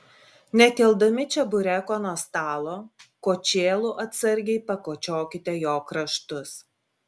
nekeldami čebureko nuo stalo kočėlu atsargiai pakočiokite jo kraštus